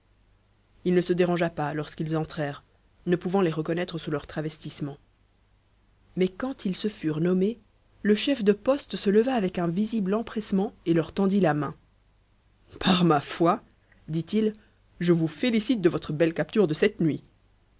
il ne se dérangea pas lorsqu'ils entrèrent ne pouvant les reconnaître sous leur travestissement mais quand ils se furent nommés le chef de poste se leva avec un visible empressement et leur tendit la main par ma foi dit-il je vous félicite de votre belle capture de cette nuit